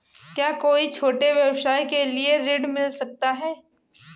क्या कोई छोटे व्यवसाय के लिए ऋण मिल सकता है?